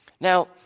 Now